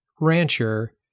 rancher